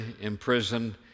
imprisoned